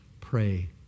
pray